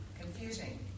Confusing